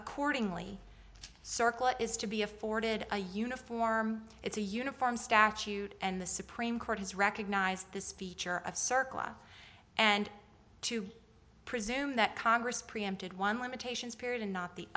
accordingly circle is to be afforded a uniform it's a uniform statute and the supreme court has recognized this feature of circ law and to presume that congress preempted one limitations period and not the